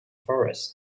forest